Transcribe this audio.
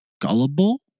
gullible